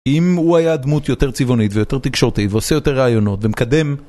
אם הוא היה דמות יותר צבעונית ויותר תקשורתית ועושה יותר ראיונות ומקדם